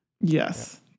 Yes